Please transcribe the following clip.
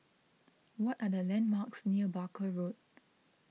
what are the landmarks near Barker Road